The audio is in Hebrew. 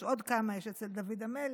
יש עוד כמה, יש אצל דוד המלך